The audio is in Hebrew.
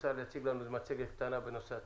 שרוצה להציג לנו מצגת קטנה בנושא הטכוגרף.